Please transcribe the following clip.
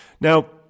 Now